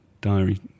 diary